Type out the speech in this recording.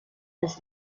als